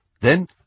Then